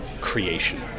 creation